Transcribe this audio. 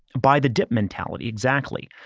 by the dip mentality. exactly.